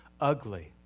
ugly